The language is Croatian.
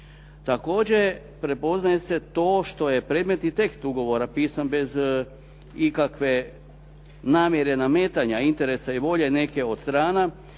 Također, prepoznaje se to što je predmetni tekst ugovora pisan bez ikakve namjere nametanja interesa i volje neke od strana